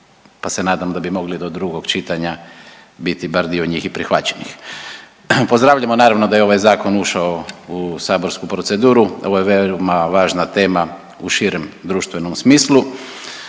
pa se nadam da bi mogli do drugog čitanja biti bar dio njih i prihvaćenih. Pozdravljamo naravno da je ovaj zakon ušao u saborsku proceduru. Ovo je veoma važna tema u širem društvenom smislu.